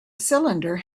cylinder